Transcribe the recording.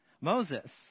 Moses